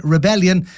Rebellion